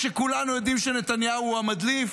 כשכולנו יודעים שנתניהו הוא המדליף,